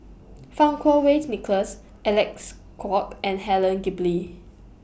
Fang Kuo Wei's Nicholas Alec's Kuok and Helen Gilbey